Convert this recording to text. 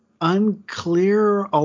unclear